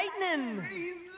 lightning